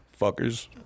Fuckers